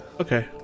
Okay